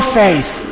faith